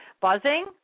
buzzing